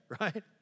right